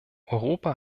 europa